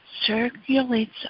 circulates